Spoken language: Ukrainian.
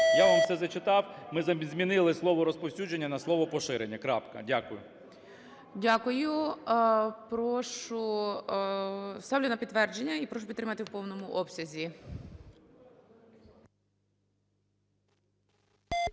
Я вам все зачитав, ми змінили слово "розповсюдження" на слово "поширення". Дякую. ГОЛОВУЮЧИЙ. Дякую. Прошу… Ставлю на підтвердження і прошу підтримати в повному обсязі.